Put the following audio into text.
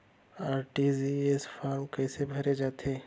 RTGS form कइसे भरे जाथे?